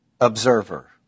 observer